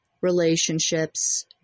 relationships